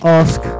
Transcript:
ask